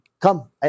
Come